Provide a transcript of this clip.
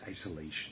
isolation